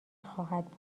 خواهد